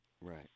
Right